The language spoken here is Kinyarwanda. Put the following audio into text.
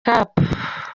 cape